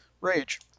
rage